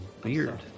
beard